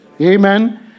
Amen